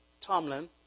Tomlin